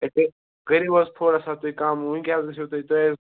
اَتہِ کٔرِو حظ تھوڑا سا تُہۍ کَم وۅنۍ کیٛاہ حظ گژھِو تۅہہِ ہے